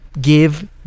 Give